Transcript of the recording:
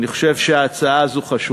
אני רק אומר לך, אני חושב שההצעה הזאת חשובה,